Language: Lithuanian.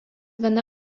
gana